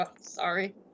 Sorry